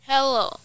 Hello